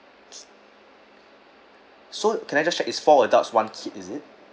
so can I just check is four adults one kid is it